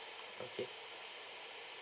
okay